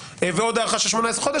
ועוד הארכה של 18 חודשים.